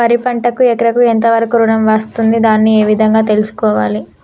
వరి పంటకు ఎకరాకు ఎంత వరకు ఋణం వస్తుంది దాన్ని ఏ విధంగా తెలుసుకోవాలి?